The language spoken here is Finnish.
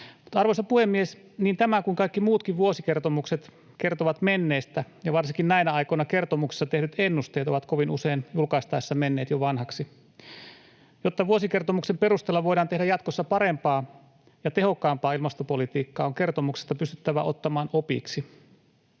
Arvoisa puhemies! Niin tämä kuin kaikki muutkin vuosikertomukset kertovat menneestä, ja varsinkin näinä aikoina kertomuksessa tehdyt ennusteet ovat kovin usein julkaistaessa menneet jo vanhaksi. Jotta vuosikertomuksen perusteella voidaan tehdä jatkossa parempaa ja tehokkaampaa ilmastopolitiikkaa, on kertomuksesta pystyttävä ottamaan opiksi.